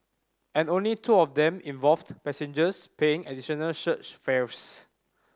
and only two of them involved passengers paying additional surge fares